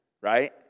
right